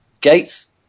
Gates